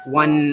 one